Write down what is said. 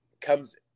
comes